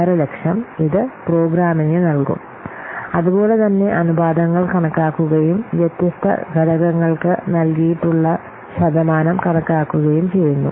5 ലക്ഷം ഇത് പ്രോഗ്രാമിംഗിന് നൽകും അതുപോലെ തന്നെ അനുപാതങ്ങൾ കണക്കാക്കുകയും വ്യത്യസ്ത ഘടകങ്ങൾക്ക് നൽകിയിട്ടുള്ള ശതമാനം കണക്കാക്കുകയും ചെയ്യുന്നു